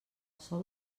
sol